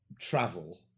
travel